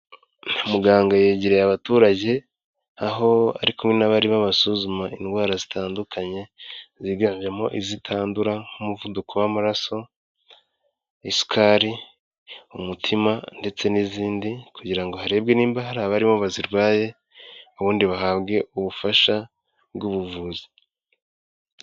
Muganga yegereye abaturage, aho ari kumwe n'abo arimo ababasuzuma indwara zitandukanye, ziganjemo izitandura nk'umuvuduko w'amaraso, isukari, umutima ndetse n'izindi, kugira ngo harebwe niba hari abaribo bazirwaye, ubundi bahabwe ubufasha bw'ubuvuzi.